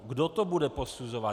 Kdo to bude posuzovat?